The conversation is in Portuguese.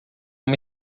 uma